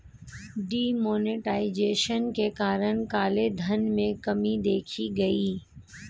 D monetization के कारण काले धन में कमी देखी गई